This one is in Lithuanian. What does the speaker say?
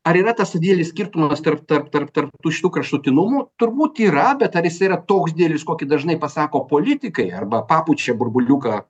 ar yra tas didelis skirtumas tarp tarp tarp tarp tų šitų kraštutinumų turbūt yra bet ar jis yra toks didelis kokį dažnai pasako politikai arba papučia burbuliuką